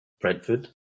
Brentford